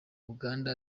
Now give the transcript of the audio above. uganda